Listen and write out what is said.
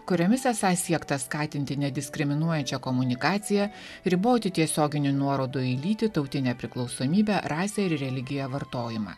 kuriomis esą siekta skatinti nediskriminuojančią komunikaciją riboti tiesioginių nuorodų į lytį tautinę priklausomybę rasę ir religiją vartojimą